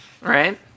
Right